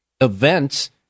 events